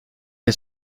est